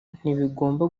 ntibigomba